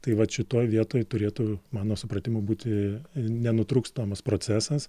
tai vat šitoj vietoj turėtų mano supratimu būti nenutrūkstamas procesas